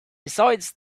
besides